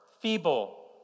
feeble